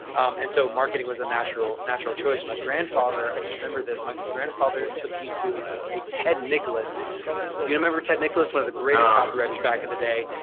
and so marketing was a natural natural choice. my grandfather, i just remembered this. my grandfather took me to a ted nicholas. do you remember ted nicholas? one of the greatest copywriters back in the day.